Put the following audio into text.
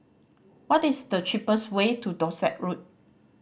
what is the cheapest way to Dorset Road